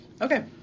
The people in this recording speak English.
Okay